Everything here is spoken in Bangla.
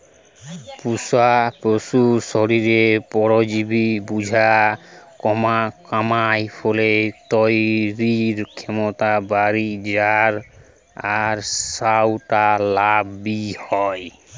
পুশা পশুর শরীরে পরজীবি বোঝা কমানার ফলে তইরির ক্ষমতা বাড়ি যায় আর সউটা লাভ বি হয়